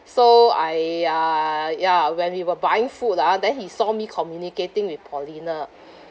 so I uh ya when we were buying food ah then he saw me communicating with paulina